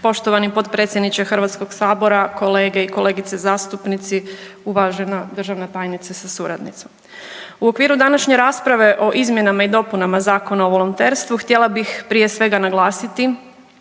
Poštovani potpredsjedniče HS-a, kolege i kolegice zastupnici, uvažena državna tajnice sa suradnicom. U okviru današnje rasprave o izmjenama i dopunama Zakona o volonterstvu htjela bih prije svega naglasiti